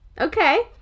okay